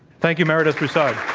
thank you, meredith broussard.